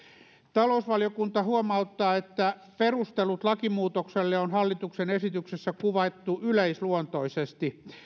talousvaliokunta huomauttaa että perustelut lakimuutokselle on hallituksen esityksessä kuvattu yleisluontoisesti